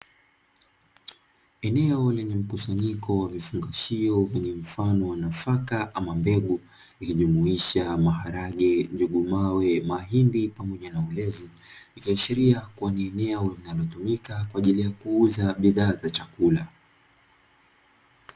Eneo lenye mkusanyiko wa vifungashio wenye mfano wa nafaka ama mbegu ikijumuisha: maharage, njugu mawe, mahindi pamoja na ulezi ikiashiria kuwa ni eneo linalotumika kwa ajili ya kuuza bidhaa za chakula.